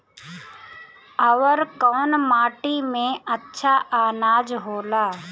अवर कौन माटी मे अच्छा आनाज होला?